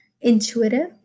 intuitive